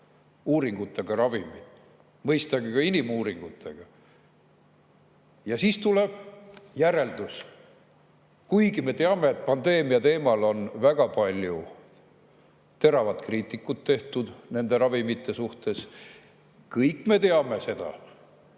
uuringutega ravimid, mõistagi ka inimuuringutega, ja siis tuleb järeldus. Kuigi me teame, et pandeemiateemal on väga palju teravat kriitikat tehtud nende ravimite suhtes, kõik me teame seda,